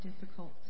difficult